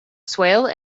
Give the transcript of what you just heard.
swale